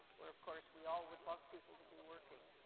where of course we all would love people to be working,